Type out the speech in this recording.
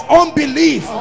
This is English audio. unbelief